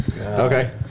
Okay